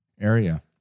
area